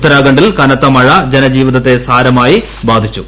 ഉത്തരാഖണ്ഡിൽ കനത്ത മഴ ജനജീവിതത്തെ സാരമായി ബാധിച്ചു